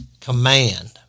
command